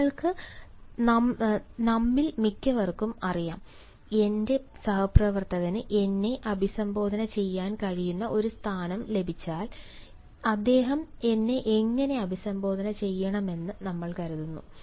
നിങ്ങൾക്ക് നമ്മിൽ മിക്കവർക്കും അറിയാം എന്റെ സഹപ്രവർത്തകന് എന്നെ അഭിസംബോധന ചെയ്യാൻ കഴിയുന്ന ഒരു സ്ഥാനം ലഭിച്ചാൽ അദ്ദേഹം എന്നെ എങ്ങനെ അഭിസംബോധന ചെയ്യണമെന്ന് നമ്മൾ കരുതുന്നു